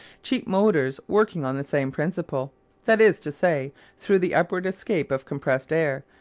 cheap motors working on the same principle that is to say through the upward escape of compressed air,